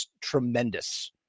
tremendous